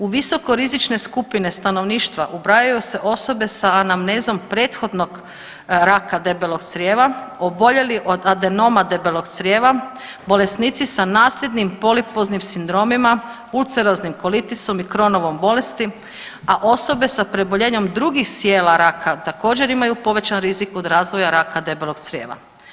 U visoko rizičke skupine stanovništva ubrajaju se osobe sa anamnezom prethodnog raka debelog crijeva, oboljeli od adenoma debelog crijeva, bolesnici sa nasljednim polipoznim sindromima, uceroznim kolitisom i kronovom bolesti, a osobe sa preboljenjem drugih sjela raka također imaju povećan rizik od razvoja raka debelog crijeva.